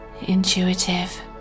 intuitive